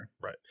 right